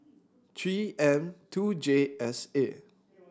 Three M two J S A